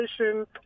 education